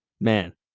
man